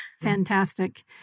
fantastic